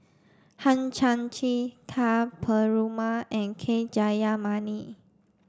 Hang Chang Chieh Ka Perumal and K Jayamani